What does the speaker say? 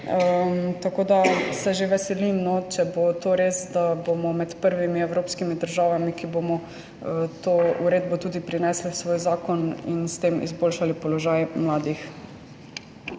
Tako da se že veselim, če bo to res, da bomo med prvimi evropskimi državami, ki bomo to uredbo tudi prenesle v svoj zakon in s tem izboljšale položaj mladih.